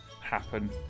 happen